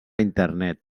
internet